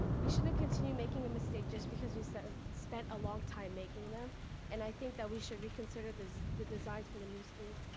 we shouldn't continue making a mistake just because he says spent a long time making them and i think that we should reconsider the designs for the new schools,